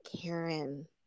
Karen